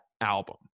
album